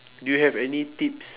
do you have any tips